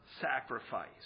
sacrifice